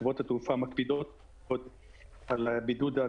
חברות התעופה מקפידות על בידוד הצוותים.